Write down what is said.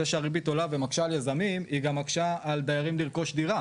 זה שהריבית עולה ומקשה על יזמים היא גם מקשה על דיירים לרכוש דירה.